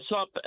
up